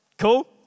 cool